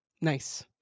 Nice